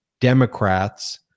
democrats